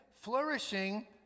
flourishing